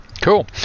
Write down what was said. Cool